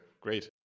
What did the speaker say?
Great